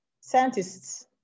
scientists